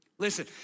Listen